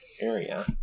area